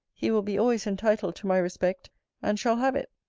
he will be always entitled to my respect and shall have it.